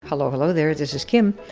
hello, hello there, this is kim,